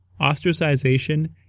ostracization